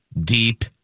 deep